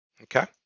Okay